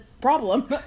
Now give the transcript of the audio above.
problem